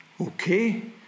Okay